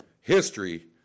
history